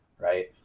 right